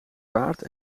paard